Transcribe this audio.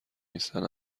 نیستن